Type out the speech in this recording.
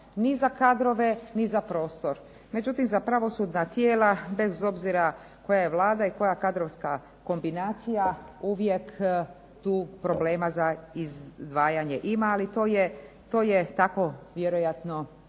ni za kadrove ni za prostor. Međutim, za pravosudna tijela bez obzira koja Vlada i koja kadrovska kombinacija uvijek tu problema za izdvajanje ima ali to je tako vjerojatno,